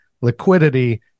liquidity